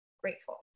grateful